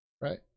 Right